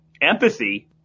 empathy